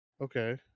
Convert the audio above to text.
Okay